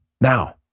Now